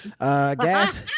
Gas